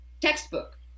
Textbook